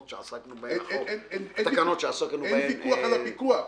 שעסקנו בהן- -- אין ויכוח על הפיקוח.